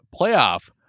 playoff